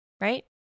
right